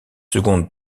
seconde